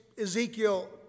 Ezekiel